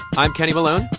i'm kenny malone.